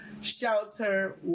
shelter